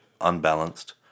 unbalanced